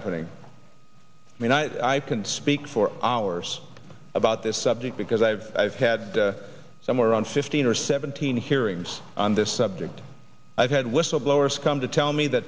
happening i mean i've been speak for hours about this subject because i've i've had somewhere around fifteen or seventeen hearings on this subject i've had whistleblowers come to tell me that